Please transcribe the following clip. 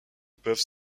peuvent